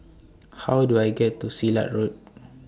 How Do I get to Silat Road